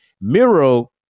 Miro